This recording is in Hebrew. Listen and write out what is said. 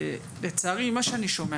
לצערי מה שאני שומע,